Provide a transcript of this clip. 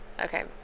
okay